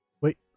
Wait